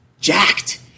jacked